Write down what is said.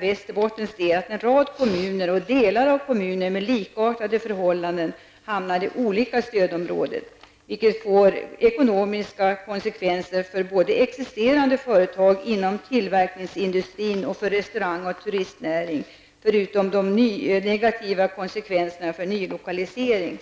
Västerbottens del att en rad kommuner och delar av kommuner med likartade förhållanden hamnar i olika stödområden, vilket får ekonomiska konsekvenser både för existerande företag inom tillverkningsindustrin och för restaurang och turistnäring, förutom negativa konsekvenser för nylokalisering.